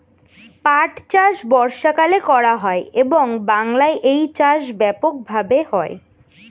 পাট চাষ বর্ষাকালে করা হয় এবং বাংলায় এই চাষ ব্যাপক ভাবে হয়